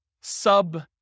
sub